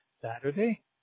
Saturday